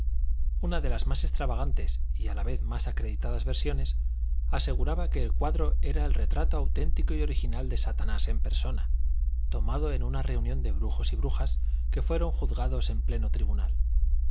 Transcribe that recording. una de las más extravagantes y a la vez más acreditadas versiones aseguraba que el cuadro era el retrato auténtico y original de satanás en persona tomado en una reunión de brujos y brujas que fueron juzgados en pleno tribunal